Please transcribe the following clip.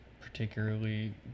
particularly